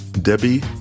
Debbie